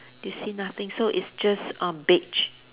you see nothing so it's just uh beige